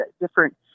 different